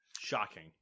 shocking